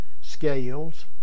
Scales